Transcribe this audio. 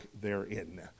therein